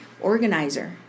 organizer